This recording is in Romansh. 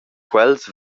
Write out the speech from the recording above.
quels